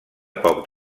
poc